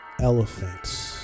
Elephants